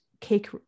cake